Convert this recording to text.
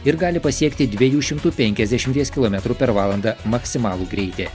ir gali pasiekti dviejų šimtų penkiasdešimties kilometrų per valandą maksimalų greitį